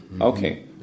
Okay